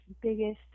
biggest